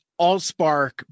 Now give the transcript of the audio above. AllSpark